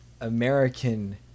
American